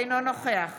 אינו נוכח